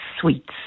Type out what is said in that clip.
sweets